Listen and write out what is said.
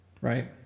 right